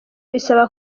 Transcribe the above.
isaba